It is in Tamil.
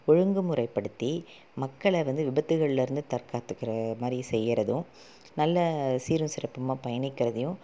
ஒழுங்குமுறைப்படுத்தி மக்களை வந்து விபத்துகள்லேருந்து தற்காத்துக்குறமாதிரி செய்யறதும் நல்ல சீரும் சிறப்புமாக பயணிக்கிறதையும்